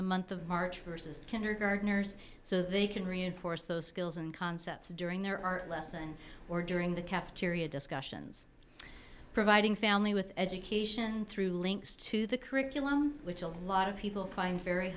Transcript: the month of march versus kindergartners so they can reinforce those skills and concepts during their art lesson or during the cafeteria discussions providing family with education through links to the curriculum which a lot of people find very